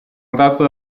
andato